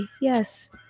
yes